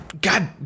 God